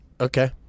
Okay